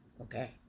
Okay